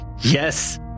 Yes